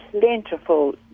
plentiful